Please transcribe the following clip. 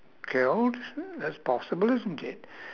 killed that's possible isn't it